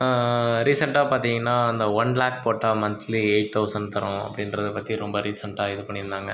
ரீசன்ட்டாக பார்த்தீங்கன்னா அந்த ஒன் லாக் போட்டால் மன்த்லி எயிட் தௌசண்ட் தரோம் அப்படின்றத பற்றி ரொம்ப ரீசன்ட்டாக இது பண்ணியிருந்தாங்க